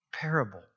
parable